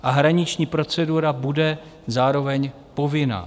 A hraniční procedura bude zároveň povinná.